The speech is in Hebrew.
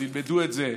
הם עוד ילמדו את זה,